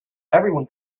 everyone